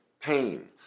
pain